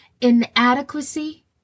inadequacy